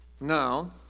No